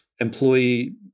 employee